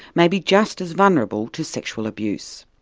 may be just as vulnerable to sexual abuse.